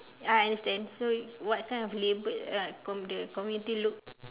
I understand so what kind of label uh from community look